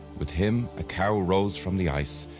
with him a cow rose from the ice,